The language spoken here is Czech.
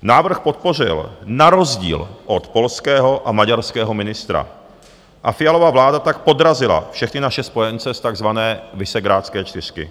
Návrh podpořil na rozdíl od polského a maďarského ministra, a Fialova vláda tak podrazila všechny naše spojence z takzvané Visegrádské čtyřky.